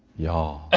y'all. ah